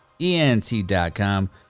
ENT.com